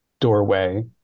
doorway